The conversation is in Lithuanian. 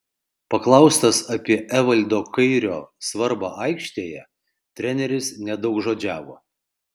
paklaustas apie evaldo kairio svarbą aikštėje treneris nedaugžodžiavo